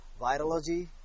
virology